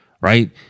right